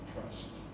trust